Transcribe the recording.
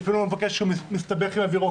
לפעמים הוא לא מבקש כי הוא מסתבך עם הבירוקרטיה,